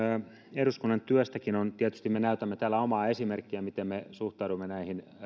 eduskunnan työstäkin tietysti me näytämme täällä omaa esimerkkiä miten me suhtaudumme näihin